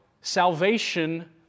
salvation